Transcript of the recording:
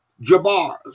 Jabars